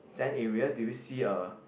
that area do you see a